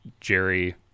jerry